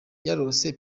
yarose